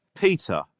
Peter